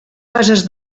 bases